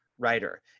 writer